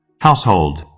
household